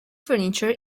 furniture